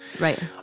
Right